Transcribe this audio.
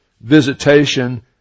visitation